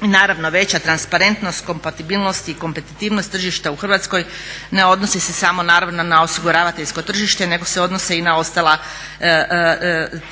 Naravno veća transparentnost, kompatibilnost i kompetitivnost tržišta u Hrvatskoj ne odnosi se samo naravno na osiguravateljsko tržište nego se odnose i na ostala